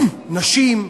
נשים,